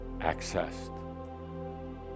accessed